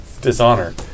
dishonor